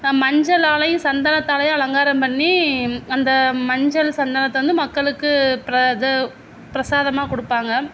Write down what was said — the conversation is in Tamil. மஞ்சளாலேயும் சந்தனத்தாலேயும் அலங்காரம் பண்ணி அந்த மஞ்சள் சந்தனத்தை வந்து மக்களுக்கு ப்ரத ப்ரசாதமாக கொடுப்பாங்க